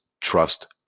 Trust